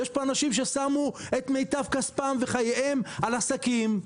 יש פה אנשים ששמו את מיטב כספם וחייהם על עסקים,